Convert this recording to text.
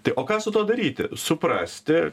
tai o ką su tuo daryti suprasti